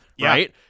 Right